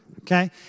Okay